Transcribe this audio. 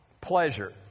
pleasure